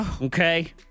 Okay